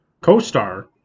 co-star